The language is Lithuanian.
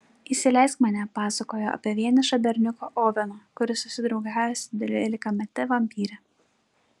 įsileisk mane pasakoja apie vienišą berniuką oveną kuris susidraugauja su dvylikamete vampyre